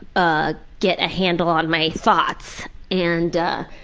ah get a handle on my thoughts and ah,